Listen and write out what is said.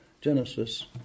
Genesis